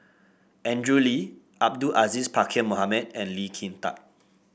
Andrew Lee Abdul Aziz Pakkeer Mohamed and Lee Kin Tat